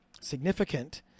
significant